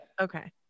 okay